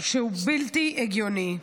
שהוא בלתי הגיוני.